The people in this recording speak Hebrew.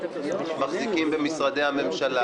מחזיקים במשרדי הממשלה,